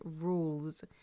rules